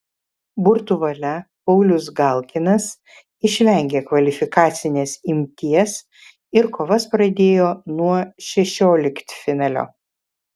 burtų valia paulius galkinas išvengė kvalifikacinės imties ir kovas pradėjo nuo šešioliktfinalio